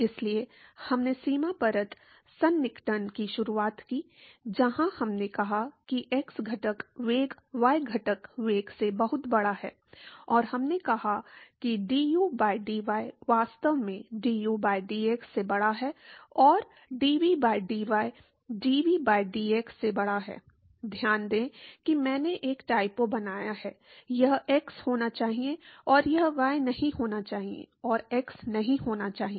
इसलिए हमने सीमा परत सन्निकटन की शुरुआत की जहां हमने कहा कि x घटक वेग y घटक वेग से बहुत बड़ा है और हमने कहा कि du by dy वास्तव में du by dx से बड़ा है और dv by dy dv by dx से बड़ा है ध्यान दें कि मैंने एक टाइपो बनाया है यह x होना चाहिए और यह y नहीं होना चाहिए और x नहीं होना चाहिए